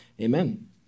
Amen